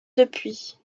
depuis